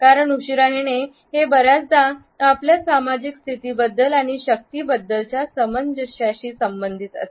कारण उशीरा येणे हे बर्याचदा आपल्या सामाजिक स्थितीबद्दल आणि शक्तीबद्दलच्या समज्यांशी संबंधित असते